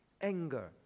anger